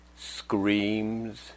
screams